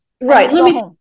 Right